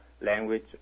language